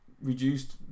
reduced